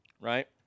right